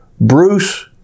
Bruce